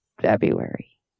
February